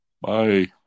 Bye